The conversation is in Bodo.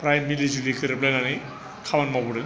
फ्राय मिलि जुलि गोरोबलायनानै खामानि मावबोदों